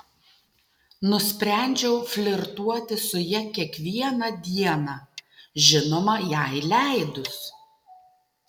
nusprendžiau flirtuoti su ja kiekvieną dieną žinoma jai leidus